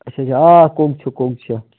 اَچھا یہِ آ کۄنٛگ چھُ کۄنٛگ چھُ